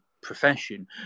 profession